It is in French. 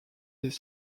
des